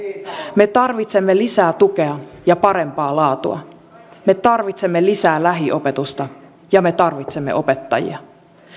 me tarvitsemme lisää tukea ja parempaa laatua me tarvitsemme lisää lähiopetusta ja me tarvitsemme opettajia